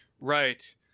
Right